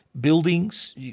buildings